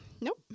nope